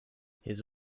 his